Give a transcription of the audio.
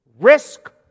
risk